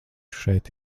šeit